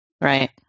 Right